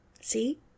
See